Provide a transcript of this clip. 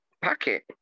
packet